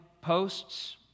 posts